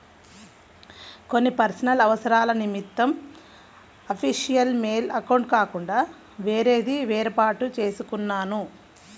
కొన్ని పర్సనల్ అవసరాల నిమిత్తం అఫీషియల్ మెయిల్ అకౌంట్ కాకుండా వేరేది వేర్పాటు చేసుకున్నాను